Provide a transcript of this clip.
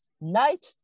night